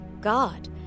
God